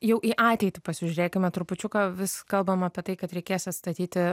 jau į ateitį pasižiūrėkime trupučiuką vis kalbam apie tai kad reikės atstatyti